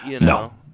no